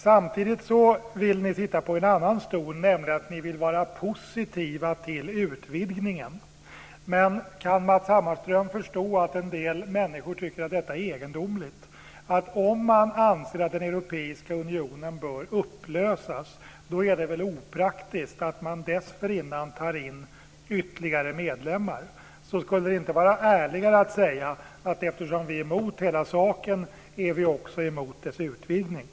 Samtidigt vill ni sitta på en annan stol, nämligen att ni vill vara positiva till utvidgningen. Men kan Matz Hammarström förstå att en del människor tycker att detta är egendomligt? Om man anser att Europeiska unionen bör upplösas, är det väl opraktiskt att man dessförinnan tar in ytterligare medlemmar? Skulle det inte vara ärligare att säga att eftersom ni är emot hela saken är ni också emot utvidgningen?